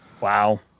Wow